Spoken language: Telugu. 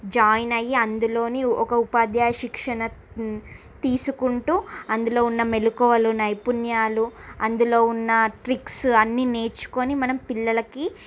జాయిన్ అయ్యి అందులోని ఒక ఉపాధ్యాయ శిక్షణ తీసుకుంటూ అందులో ఉన్న మెళుకువలు నైపుణ్యాలు అందులో ఉన్న ట్రిక్స్ అన్నీ నేర్చుకోని మనం పిల్లలకి